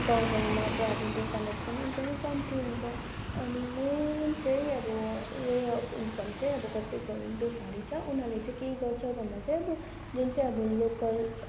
गाउँ ठाउँमा त अब दोकानहरू पनि एकदम कम्ती हुन्छ अनि मेन चाहिँ अब वे अब् इनकम चाहिँ अब कति घरमा बेकारी छ उनीहरूले चाहिँ के गर्छ भन्दा चाहिँ अब जुन चाहिँ अब लोकल